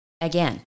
Again